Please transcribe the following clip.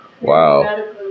Wow